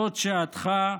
זאת שעתך,